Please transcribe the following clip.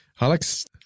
Alex